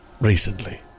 recently